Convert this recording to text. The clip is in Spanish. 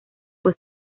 fue